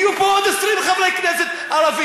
יהיו פה עוד 20 חברי כנסת ערבים,